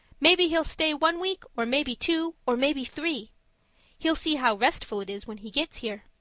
maybe he'll stay one week, or maybe two, or maybe three he'll see how restful it is when he gets here.